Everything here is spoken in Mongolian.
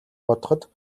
бодоход